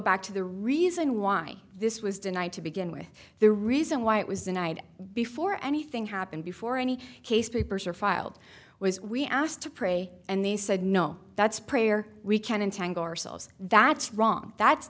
back to the reason why this was denied to begin with the reason why it was denied before anything happened before any case papers are filed was we asked to pray and they said no that's prayer we can untangle ourselves that's wrong that's